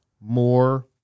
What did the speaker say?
more